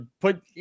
put